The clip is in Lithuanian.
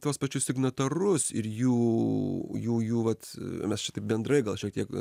tuos pačius signatarus ir jų jų jų vat mes šitaip bendrai gal šiek tiek